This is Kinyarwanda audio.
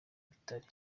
bitari